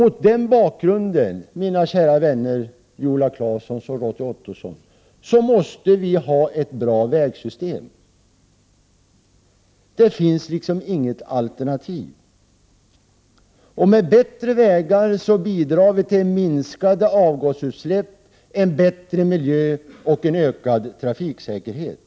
Mot den bakgrunden, mina kära vänner Viola Claesson och Roy Ottosson, måste vi ha ett bra vägsystem — det är det enda som gäller, för det finns inget bra alternativ. Genom att förbättra vägarna bidrar vi till minskade avgasutsläpp, en bättre miljö och ökad trafiksäkerhet.